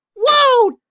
Whoa